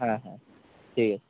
হ্যাঁ হ্যাঁ ঠিক আছে